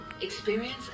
Experience